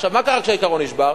מה קרה כשהעיקרון נשבר?